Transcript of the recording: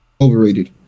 Overrated